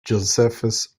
josephus